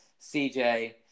CJ